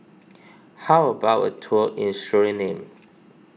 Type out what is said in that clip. how about a tour in Suriname